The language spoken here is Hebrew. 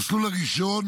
המסלול הראשון